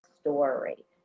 story